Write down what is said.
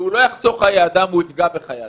שהנושא הזה לא יחסוך חיי אדם, הוא יפגע בחיי אדם.